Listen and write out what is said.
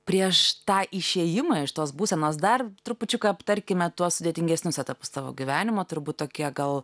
prieš tą išėjimą iš tos būsenos dar trupučiuką aptarkime tuos sudėtingesnius etapus tavo gyvenimo turbūt tokie gal